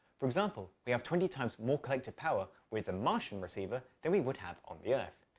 for example, we have twenty times more collective power with the martian receiver than we would have on the earth.